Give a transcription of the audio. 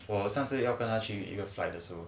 我上次也要跟他去一个 fly the zoo